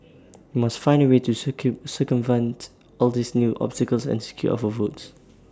we must find A way to circumvent all these new obstacles and secure our votes